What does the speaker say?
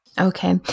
Okay